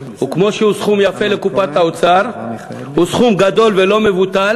וכמו שהוא סכום יפה לקופת האוצר הוא סכום גדול ולא מבוטל